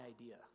idea